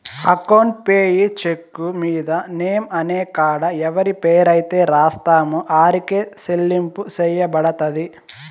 account payee cheque మీద name అనే కాడ ఎవరి పేరైతే రాస్తామో ఆరికే సెల్లింపు సెయ్యబడతది